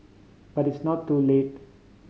but it's not too late